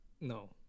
No